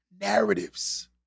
narratives